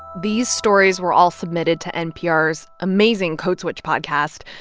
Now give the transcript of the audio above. these stories were all submitted to npr's amazing code switch podcast.